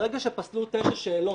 ברגע שפסלו תשע שאלות,